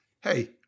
hey